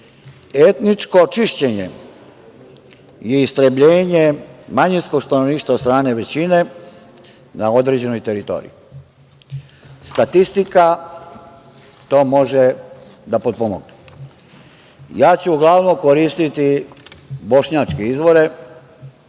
Etničko čišćenje je istrebljenje manjinsko stanovništva od strane većine na određenoj teritoriji. Statistika to može da potpomogne. Ja ću uglavnom koristiti bošnjačke izvore,